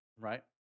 right